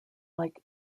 like